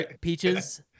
peaches